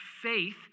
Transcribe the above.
faith